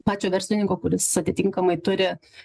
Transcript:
pačio verslininko kuris atitinkamai turi